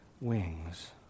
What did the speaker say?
wings